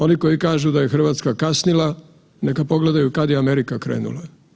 Oni koji kažu da je Hrvatska kasnila, neka pogledaju kad je Amerika krenula.